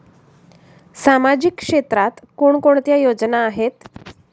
सामाजिक क्षेत्रात कोणकोणत्या योजना आहेत?